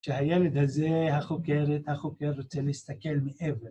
כשהילד הזה החוקר את החוקר רוצה להסתכל מעבר